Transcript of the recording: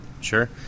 sure